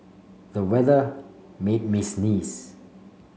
the weather made me sneeze